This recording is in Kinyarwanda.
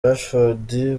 rashford